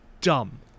dumb